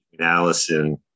Allison